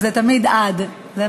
עד עשר שנים, זה תמיד "עד", זה נכון.